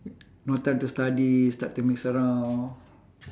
no time to study start to mix around